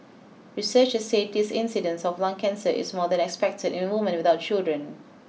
researchers said this incidence of lung cancer is more than expected in woman without children